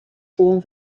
gewoon